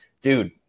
dude